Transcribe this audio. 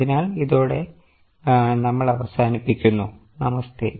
അതിനാൽ ഇതോടെ നമ്മൾ അവസാനിപ്പിക്കുന്നുനമസ്തേ